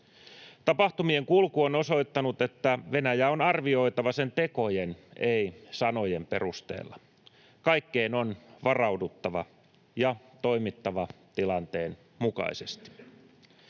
Tapahtumien kulku on osoittanut, että Venäjää on arvioitava sen tekojen, ei sanojen, perusteella. Kaikkeen on varauduttava ja toimittava tilanteen mukaisesti.